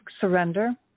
surrender